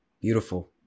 Beautiful